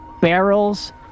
barrels